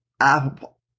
Apple